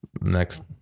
next